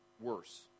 worse